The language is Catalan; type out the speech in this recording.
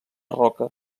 roca